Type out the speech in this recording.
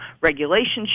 regulations